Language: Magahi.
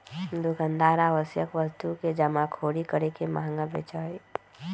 दुकानदार आवश्यक वस्तु के जमाखोरी करके महंगा बेचा हई